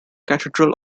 cathedral